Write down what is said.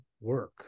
work